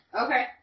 Okay